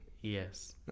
Yes